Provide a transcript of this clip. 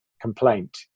complaint